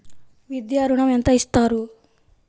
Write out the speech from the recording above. విద్యా ఋణం ఎంత ఇస్తారు?